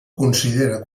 considera